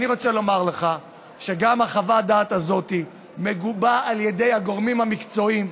אני רוצה לומר לך שחוות הדעת הזאת מגובה על ידי הגורמים המקצועיים,